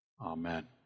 Amen